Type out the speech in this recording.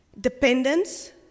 dependence